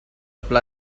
apply